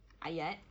ayat